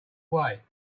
way